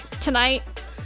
tonight